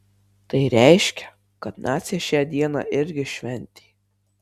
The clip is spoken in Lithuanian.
tai reiškia kad naciai šią dieną irgi šventė